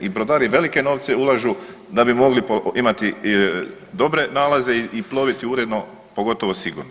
I brodari velike novce ulažu da bi mogli imati dobre nalaze i ploviti uredno, pogotovo sigurno.